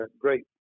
great